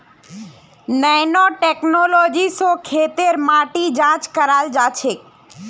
nano technology स खेतेर माटी जांच कराल जाछेक